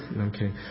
okay